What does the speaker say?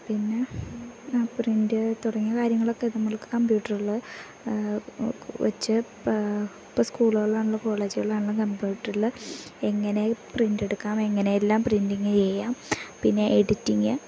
പിന്നെ പ്രിൻ്റ് തുടങ്ങിയ കാര്യങ്ങളൊക്കെ നമ്മൾക്ക് കമ്പ്യൂട്ടറിൽ വച്ചു ഇപ്പം ഇപ്പം സ്കൂളുകളിൽ ആണെങ്കിലും കോളേജുകളിലാണെങ്കിലും കമ്പ്യൂട്ടറിൽ എങ്ങനെ പ്രിൻ്റ് എടുക്കാം എങ്ങനെ എല്ലാം പ്രിൻ്റിങ്ങ് ചെയ്യാം പിന്നെ എഡിറ്റിങ്ങ്